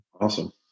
awesome